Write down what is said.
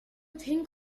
think